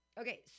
Okay